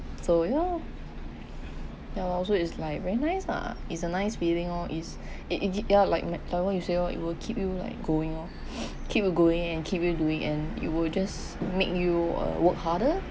so ya lor ya lor so is like very nice ah it's a nice feeling loh it's it it gi~ ya like make like what you say loh it will keep you like going [loh]keep you going and keep you doing and it will just make you uh work harder